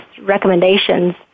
recommendations